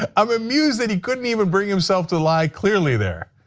ah i'm amused that he couldn't even bring himself to lie clearly there.